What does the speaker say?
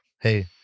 hey